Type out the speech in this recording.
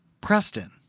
Preston